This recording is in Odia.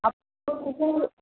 ଆପଣଙ୍କୁ